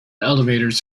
elevators